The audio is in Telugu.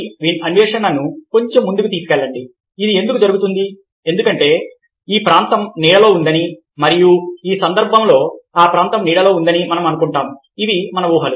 ఈ అన్వేషణను కొంచెం ముందుకు తీసుకెళ్లండి ఇది ఎందుకు జరుగుతుంది ఎందుకంటే ఈ ప్రాంతం నీడలో ఉందని మరియు ఈ సందర్భంలో ఈ ప్రాంతం నీడలో ఉందని మనం అనుకుంటాము ఇవి మన ఊహలు